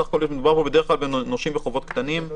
בסך הכול מדובר פה בנושים בחובות קטנים